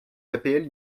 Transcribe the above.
apl